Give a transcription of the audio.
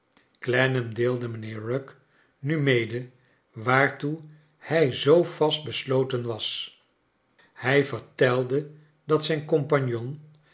clennam deelde mijnheer rugg nu mede waartoe hij zoo vast besloten was hij vertelde dat zijn compagnon